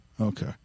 Okay